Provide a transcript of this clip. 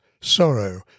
sorrow